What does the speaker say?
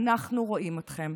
אנחנו רואים אתכם,